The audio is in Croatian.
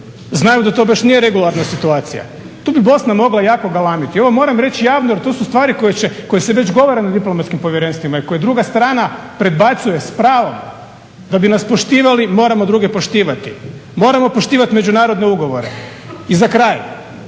znaju da to baš nije regularna situacija. Tu bi Bosna mogla jako galamiti. I ovo moram reći javno jer to su stvari koje se već govore na diplomatskim povjerenstvima i koje druga strana predbacuje s pravom. Da bi nas poštivali moramo druge poštivati. Moramo poštivati međunarodne ugovore. I za kraj,